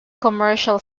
commercial